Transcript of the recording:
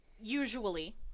usually